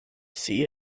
see